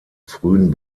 frühen